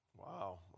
Wow